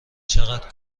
چقدر